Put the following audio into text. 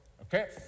Okay